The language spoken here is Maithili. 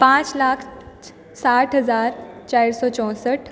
पाँच लाख साठि हजार चारि सए चौंसठि